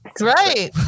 Right